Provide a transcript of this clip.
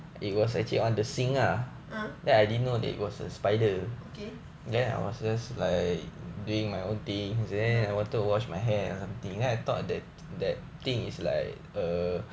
ah okay